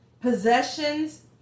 Possessions